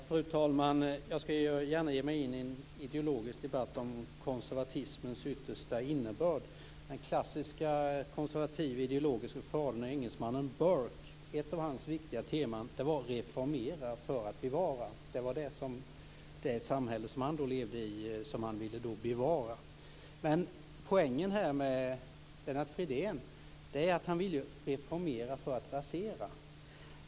Fru talman! Jag skall gärna ge mig in i en ideologisk debatt om konservatismens yttersta innebörd. Den klassiske konservative ideologiske fadern är engelsmannen Burke. Ett av hans viktiga teman var att reformera för att bevara. Det var det samhälle han levde i som han ville bevara. Poängen med Lennart Fridén är att han vill reformera för att rasera.